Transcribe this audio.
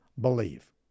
believe